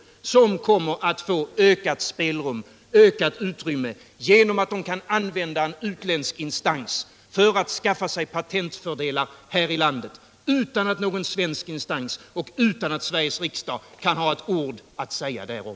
Dessa monopol kommer att få ökat spelrum genom att de kan använda en utländsk instans för att skaffa sig patentfördelar här i landet, utan att någon svensk instans och utan att Sveriges riksdag kan ha ett ord att säga därom.